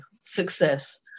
success